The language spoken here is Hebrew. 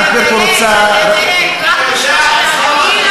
אני אדייק, אני אדייק: רק שלוש העבירות.